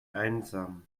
einsam